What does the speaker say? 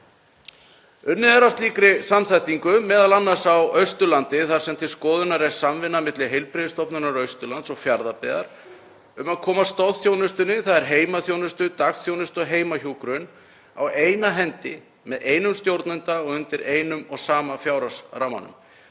Unnið er að slíkri samþættingu, m.a. á Austurlandi þar sem til skoðunar er samvinna milli Heilbrigðisstofnunar Austurlands og Fjarðabyggðar um að koma stoðþjónustunni, þ.e. heimaþjónustu, dagþjónustu og heimahjúkrun, á eina hendi með einum stjórnanda og undir einum og sama fjárhagsrammanum.